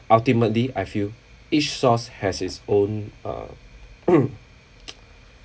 ultimately I feel each source has its own uh